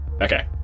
Okay